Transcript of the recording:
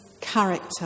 character